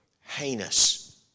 heinous